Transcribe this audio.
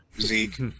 Zeke